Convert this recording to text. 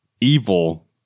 evil